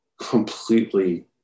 completely